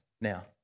now